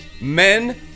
Men